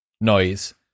noise